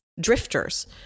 drifters